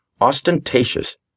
ostentatious